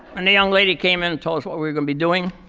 and the young lady came and told us what we're going to be doing.